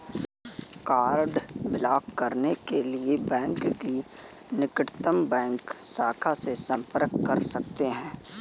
card block करने के लिए बैंक की निकटतम बैंक शाखा से संपर्क कर सकते है